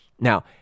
Now